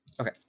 Okay